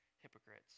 hypocrites